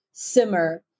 simmer